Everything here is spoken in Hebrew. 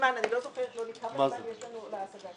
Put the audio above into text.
אני לא זוכרת כמה זמן יש לנו להשגה?